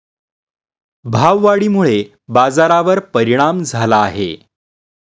भाववाढीमुळे बाजारावर परिणाम झाला आहे